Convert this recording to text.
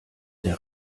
der